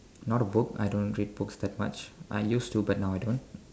not a book I don't read books that much I used to but now I don't